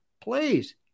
please